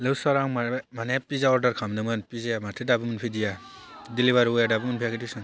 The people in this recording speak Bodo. हेल' सार आं माइबा माने पिज्जा अर्दार खालामदोंमोन पिज्जाया माथो दाबो मोनफैदिया देलिभारि बय आ दाबो मोनफैयाखै देसुन